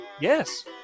Yes